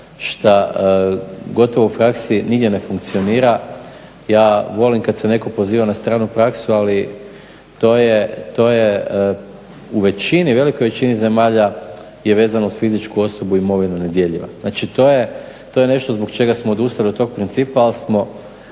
šta gotovo u praksi nigdje ne funkcionira. Ja volim kada se netko poziva na stranu praksu ali to je, to je u većini, velikoj većini zemalja je vezano uz fizičku osobu i imovinu nedjeljiva. Znači to je, to je nešto zbog čega smo odustali od tog principa ali smo